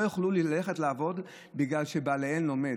יוכלו ללכת לעבוד בגלל שבעליהן לומדים.